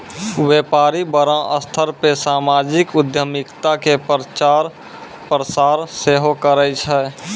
व्यपारी बड़ो स्तर पे समाजिक उद्यमिता के प्रचार प्रसार सेहो करै छै